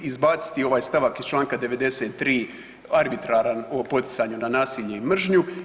Izbaciti ovaj stavak iz članka 93. arbitraran o poticanju na nasilje i mržnju.